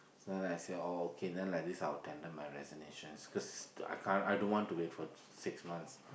so I then I said oh okay then like this I will tender my resignation because I can't I don't want to wait for six months